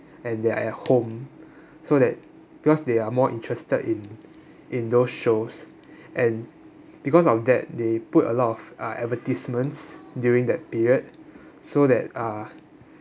and they are at home so that because they are more interested in in those shows and because of that they put a lot of uh advertisements during that period so that uh